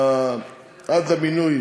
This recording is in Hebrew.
ועד למינוי